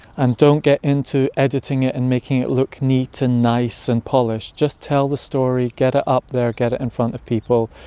and don't get into editing it and making it look neat and nice and polished. just tell the story, get it up there, get it in front of people,